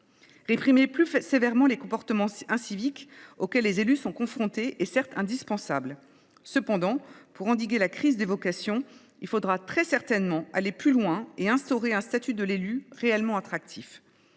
Réprimer plus sévèrement les comportements inciviques auxquels les élus sont confrontés est certes indispensable. Cependant, pour endiguer la crise des vocations, il faudra très certainement aller plus loin et instaurer un statut de l’élu réellement attractif.